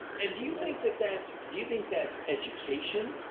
and do you think that that's, do you think that's education?